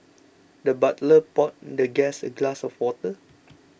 the butler poured the guest a glass of water